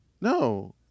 No